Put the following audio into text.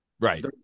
Right